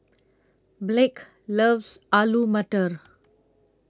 Blake loves Alu Matar